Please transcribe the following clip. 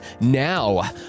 now